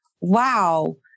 wow